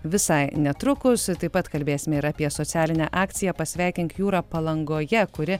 visai netrukus taip pat kalbėsime ir apie socialinę akciją pasveikink jūrą palangoje kuri